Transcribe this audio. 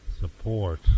support